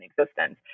existence